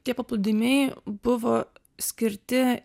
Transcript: tie paplūdimiai buvo skirti